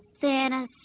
Santa